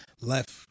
left